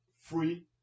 free